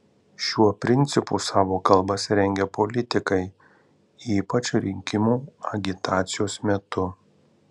šiuo principu savo kalbas rengia politikai ypač rinkimų agitacijos metu